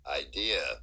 idea